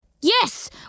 Yes